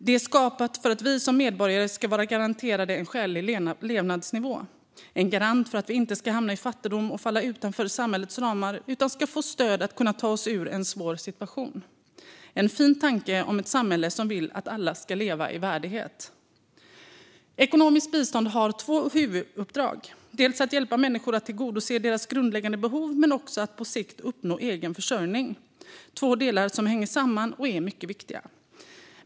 Det är skapat för att vi som medborgare ska vara garanterade en skälig levnadsnivå. Det är en garant för att vi inte ska hamna i fattigdom och falla utanför samhällets ramar, utan ska få stöd att kunna ta oss ur en svår situation - en fin tanke om ett samhälle som vill att alla ska leva i värdighet. Ekonomiskt bistånd har två huvuduppdrag: att hjälpa människor att dels tillgodose grundläggande behov, dels på sikt uppnå egen försörjning. Det är två delar som hänger samman och är mycket viktiga.